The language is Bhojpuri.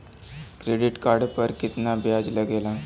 क्रेडिट कार्ड पर कितना ब्याज लगेला?